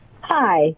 Hi